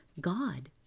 God